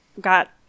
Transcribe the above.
got